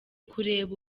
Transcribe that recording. kureba